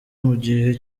mugihe